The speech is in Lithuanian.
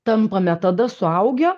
tampame tada suaugę